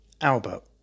Albert